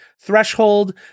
threshold